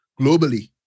globally